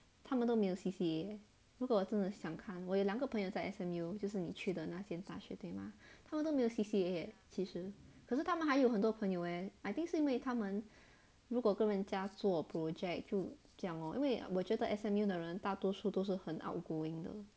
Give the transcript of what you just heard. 他们都没有 C_C_A 如果真的想看我有两个朋友在 S_M_U 就是你去的那间大学对吗他们都没有 C_C_A leh 其实可是他们还有很多朋友 leh I think 是因为他们如果跟人家做 project 就这样 lor 因为我觉得 S_M_U 的人大多数都是很 outgoing 的